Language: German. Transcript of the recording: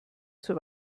zur